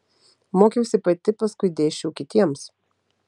mokiausi pati paskui dėsčiau kitiems